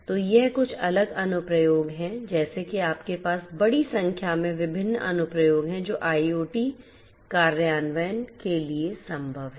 तो ये कुछ अलग अनुप्रयोग हैं जैसे कि आपके पास बड़ी संख्या में विभिन्न अनुप्रयोग हैं जो IoT कार्यान्वयन के लिए संभव हैं